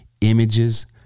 images